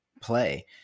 play